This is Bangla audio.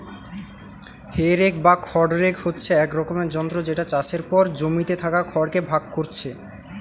হে রেক বা খড় রেক হচ্ছে এক রকমের যন্ত্র যেটা চাষের পর জমিতে থাকা খড় কে ভাগ কোরছে